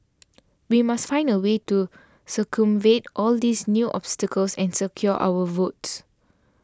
we must find a way to circumvent all these new obstacles and secure our votes